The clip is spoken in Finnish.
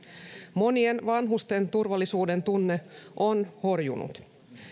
monien vanhusten turvallisuudentunne on horjunut